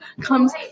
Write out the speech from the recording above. comes